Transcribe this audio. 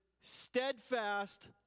steadfast